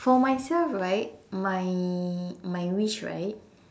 for myself right my my wish right